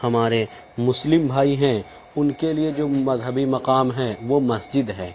ہمارے مسلم بھائی ہیں ان کے لیے جو مذہبی مقام ہے وہ مسجد ہے